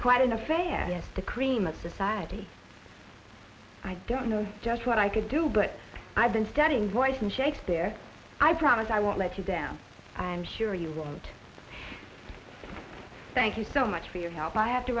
quite in a fan of the cream of society i don't know just what i could do but i've been studying voice in shakespeare i promise i won't let you down i'm sure you won't thank you so much for your help i have to